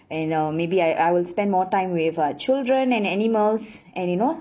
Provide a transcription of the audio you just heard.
and uh maybe I I will spend more time with uh children and animals and you know